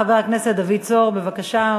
חבר הכנסת דוד צור, בבקשה.